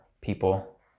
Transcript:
people